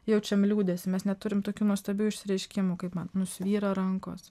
jaučiam liūdesį mes net turim tokių nuostabių išsireiškimų kaip man nusvyra rankos